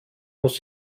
muss